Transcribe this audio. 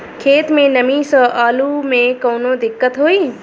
खेत मे नमी स आलू मे कऊनो दिक्कत होई?